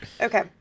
Okay